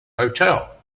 hotel